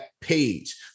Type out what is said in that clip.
page